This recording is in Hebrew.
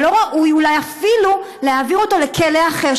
ולא ראוי אולי אפילו להעביר אותו לכלא אחר,